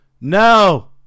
No